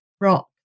rock